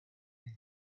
and